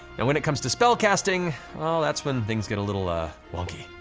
and when it comes to spellcasting, well that's when things get a little ah wonky.